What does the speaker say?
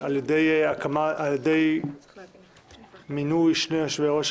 הבקשה אושרה והצעות החוק יועברו לדיון בוועדת העלייה,